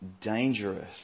dangerous